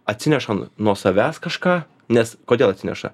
atsineša nuo savęs kažką nes kodėl atsineša